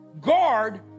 Guard